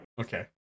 Okay